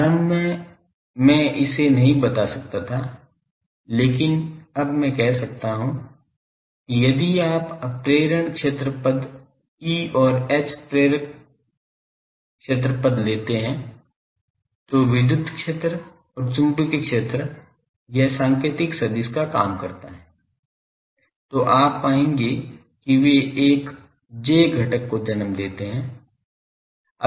प्रारंभ में मैं इसे नहीं बता सकता था लेकिन अब मैं कह सकता हूं कि यदि आप प्रेरण क्षेत्र पद E और H प्रेरक क्षेत्र पद लेते हैं तो विद्युत क्षेत्र और चुंबकीय क्षेत्र यह संकेतिक सदिश का काम करता है तो आप पाएंगे कि वे एक j घटक को जन्म देते हैं